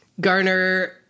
Garner